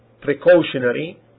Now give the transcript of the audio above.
precautionary